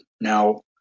Now